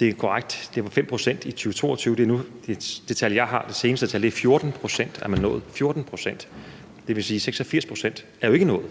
Det er korrekt, at det var 5 pct. i 2022, og det seneste tal, jeg har, er 14 pct., som man er nået, og det vil jo sige, at 86 pct. ikke er nået.